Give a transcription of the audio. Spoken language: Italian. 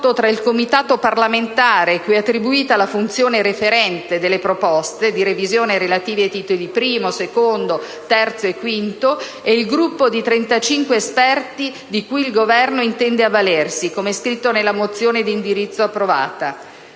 il gruppo di 35 esperti di cui il Governo intende avvalersi, come scritto nella mozione di indirizzo approvata.